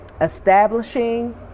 establishing